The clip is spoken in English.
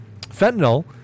Fentanyl